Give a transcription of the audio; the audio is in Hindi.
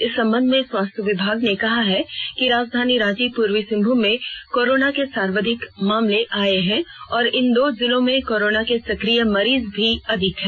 इस संबंध में स्वास्थ्य विभाग ने कहा है कि राजधानी रांची पूर्वी सिंहभूम में कोरोना के सर्वाधिक मामले आये हैं और इन दो जिलों में कोरोना के सकिय मरीज भी अधिक हैं